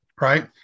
right